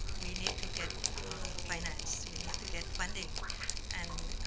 we need to get financed. we need to get funding and